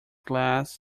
glass